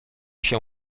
się